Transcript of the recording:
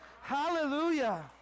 Hallelujah